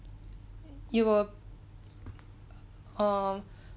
you were oh